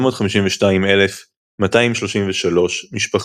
ו-1,852,233 משפחות.